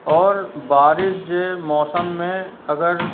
और बारिश जे मौसम में अगरि